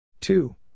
Two